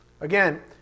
Again